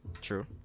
True